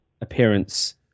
appearance